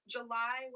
July